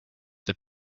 the